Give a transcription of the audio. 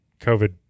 COVID